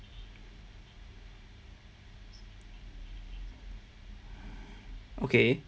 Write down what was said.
okay